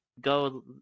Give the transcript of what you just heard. go